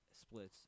splits